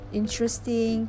interesting